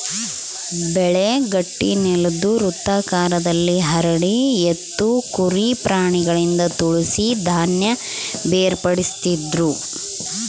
ಬೆಳೆ ಗಟ್ಟಿನೆಲುದ್ ವೃತ್ತಾಕಾರದಲ್ಲಿ ಹರಡಿ ಎತ್ತು ಕುರಿ ಪ್ರಾಣಿಗಳಿಂದ ತುಳಿಸಿ ಧಾನ್ಯ ಬೇರ್ಪಡಿಸ್ತಿದ್ರು